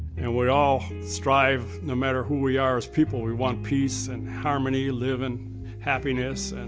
and we all strive, no matter who we are as people, we want peace and harmony, live in happiness, and